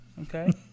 Okay